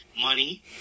money